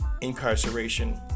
incarceration